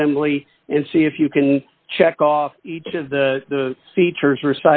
assembly and see if you can check off each of the features were